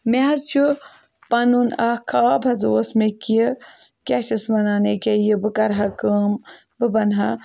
مےٚ حظ چھُ پَنُن اَکھ خواب حظ اوس مےٚ کہِ کیٛاہ چھِس وَنان ییٚکیٛاہ یہِ بہٕ کَرٕ ہا کٲم بہٕ بَنہٕ ہا